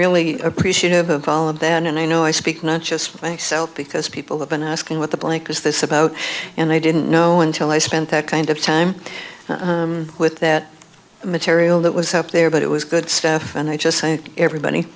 really appreciative of all of that and i know i speak not just myself because people have been asking what the blank is this about and i didn't know until i spent that kind of time with that material that was up there but it was good stuff and i just think everybody